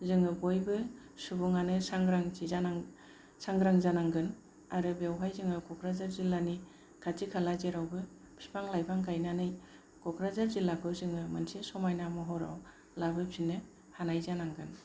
जोङो बयबो सुबुङानो सांग्रां जानांगोन आरो बेवहाय जोङो क'क्राझार जिल्लानि खाथि खाला जेरावबो बिफां लाइफां गायनानै क'क्राझार जिल्लाखौ जोङो मोनसे समायना महराव लाबोफिननो हानाय जानांगोन